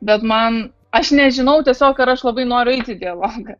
bet man aš nežinau tiesiog ar aš labai noriu eiti į dialogą